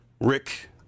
rick